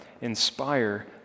inspire